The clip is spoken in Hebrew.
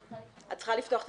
אני רוצה להבהיר,